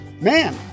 man